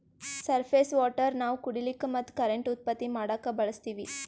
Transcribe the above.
surface water ನಾವ್ ಕುಡಿಲಿಕ್ಕ ಮತ್ತ್ ಕರೆಂಟ್ ಉತ್ಪತ್ತಿ ಮಾಡಕ್ಕಾ ಬಳಸ್ತೀವಿ